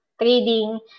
trading